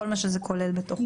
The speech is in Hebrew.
כל מה שזה כולל בתוכו.